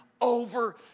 over